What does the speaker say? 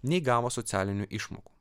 nei gavo socialinių išmokų